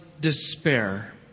despair